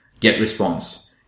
GetResponse